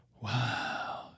wow